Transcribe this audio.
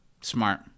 Smart